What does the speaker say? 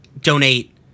donate